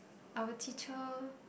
our teacher